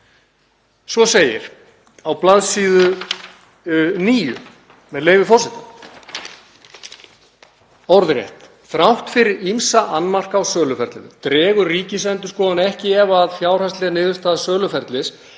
Svo segir á bls. 9, með leyfi forseta, orðrétt: „Þrátt fyrir ýmsa annmarka á söluferlinu dregur Ríkisendurskoðun ekki í efa að fjárhagsleg niðurstaða söluferlis